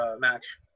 match